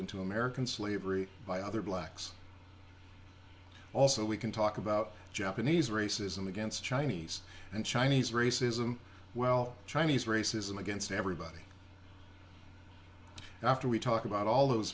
into american slavery by other blacks also we can talk about japanese racism against chinese and chinese racism well chinese racism against everybody after we talk about all those